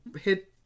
hit